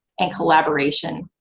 and collaboration.